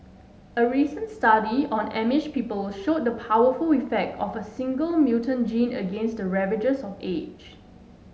a recent study on Amish people showed the powerful effect of a single mutant gene against the ravages of age